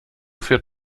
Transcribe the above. führt